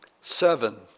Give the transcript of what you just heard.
seven